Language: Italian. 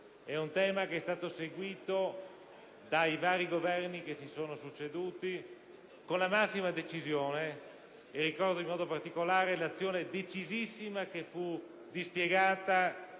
al Governo, ed è stato seguito dai vari Governi che si sono succeduti con la massima decisione. Ricordo in modo particolare l'azione decisissima che fu dispiegata